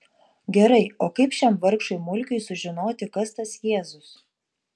gerai o kaip šiam vargšui mulkiui sužinoti kas tas jėzus